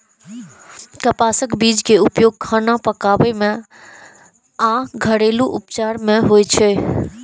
कपासक बीज के उपयोग खाना पकाबै आ घरेलू उपचार मे होइ छै